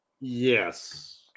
Yes